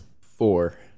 Four